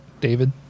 David